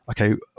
okay